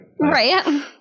Right